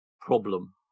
problem